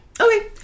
Okay